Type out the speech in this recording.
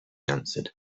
answered